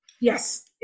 Yes